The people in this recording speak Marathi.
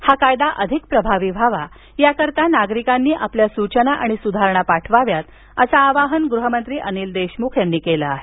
हा कायदा अधिक प्रभावी व्हावा याकरता नागरिकांनी आपल्या सूचना सुधारणा पाठवाव्यात असं आवाहन गृहमंत्री अनिल देशमुख यांनी केलं आहे